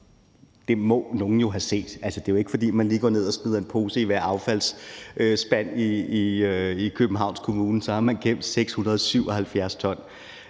det må nogen jo have set. Altså, det er jo ikke, fordi man lige går ned og smider en pose i en affaldsspand i Københavns Kommune. Så har man gemt 677 t.